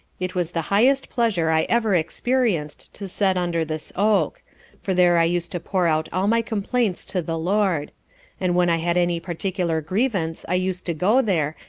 it was the highest pleasure i ever experienced to set under this oak for there i used to pour out all my complaints to the lord and when i had any particular grievance i used to go there,